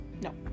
No